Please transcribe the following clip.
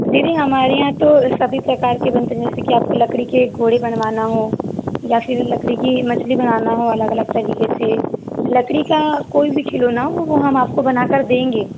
दीदी हमारे यहाँ तो सभी प्रकार के बनते है जैसे की आप को लकड़ी के घोड़े बनवाना हो या फिर लकड़ी की मछली बनाना हो अलग अलग तरीके से लकड़ी का कोई भी खिलौना वो वो हम आप को बना कर देंगे